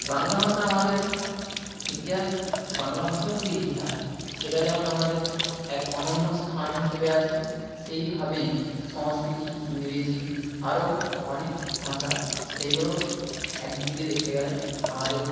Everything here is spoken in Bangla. বাংলা ভাষা আমাদের ইতিহাস বাংলা ভাষার যে ইতিহাস সেটা যেমন আমাদের এক অনন্য স্থান হিসেবে আছে সেইভাবেই সংস্কৃত ইংরেজি আরও অনেক ভাষা সেইগুলোও এক দিক দিয়ে দেখতে গেলে আমাদের